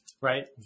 Right